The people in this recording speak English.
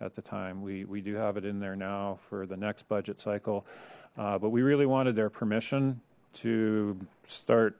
at the time we do have it in there now for the next budget cycle but we really wanted their permission to start